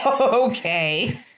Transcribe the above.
Okay